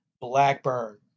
Blackburn